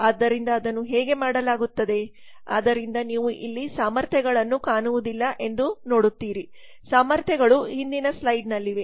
ಆದ್ದರಿಂದ ಅದನ್ನು ಹೇಗೆಮಾಡಲಾಗುತ್ತದೆ ಆದ್ದರಿಂದ ನೀವು ಇಲ್ಲಿ ಸಾಮರ್ಥ್ಯಗಳನ್ನು ಕಾಣುವುದಿಲ್ಲ ಎಂದು ನೋಡುತ್ತೀರಿ ಸಾಮರ್ಥ್ಯಗಳು ಹಿಂದಿನ ಸ್ಲೈಡ್ನಲ್ಲಿವೆ